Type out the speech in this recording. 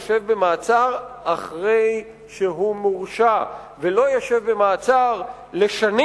ישב במאסר אחרי שהוא מורשע ולא ישב במעצר לשנים.